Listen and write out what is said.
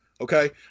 okay